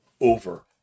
over